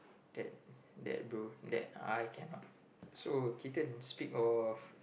that that bro that uh I cannot speak of so Keaton